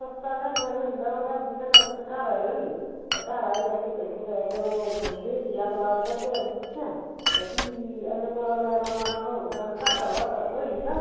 सस्ता निं होंदा पैह्लें तुस घर आयो निं ते घर आइयै भी इद्द दूऐ कन्नै गल्ल बात करने आं ते दिक्खने आं ते भी अगर लैने दा मन होग घाटा बाद्धा होई जंदा